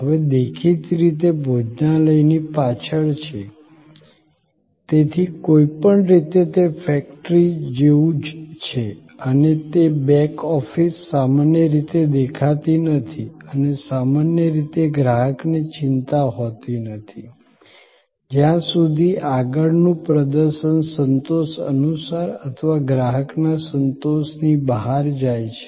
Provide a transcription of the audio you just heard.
હવે દેખીતી રીતે ભોજનાલયની પાછળ છે તેથી કોઈપણ રીતે તે ફેક્ટરી જેવું જ છે અને તે બેક ઓફિસ સામાન્ય રીતે દેખાતી નથી અને સામાન્ય રીતે ગ્રાહકને ચિંતા હોતી નથી જ્યાં સુધી આગળનું પ્રદર્શન સંતોષ અનુસાર અથવા ગ્રાહકના સંતોષની બહાર જાય છે